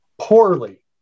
poorly